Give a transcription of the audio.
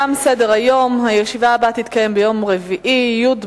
הודעה למזכיר הכנסת, בבקשה.